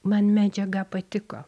man medžiaga patiko